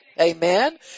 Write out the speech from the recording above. Amen